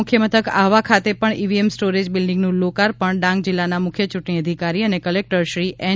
ડાંગ જિલ્લાના મુખ્ય મથક આહવા ખાતે પણ ઇવીએમ સ્ટોરેજ બિલ્ડીંગનું લોકાર્પણ ડાંગ જિલ્લાના ચ્રૂંટણી અધિકારી અને કલેક્ટર શ્રી એન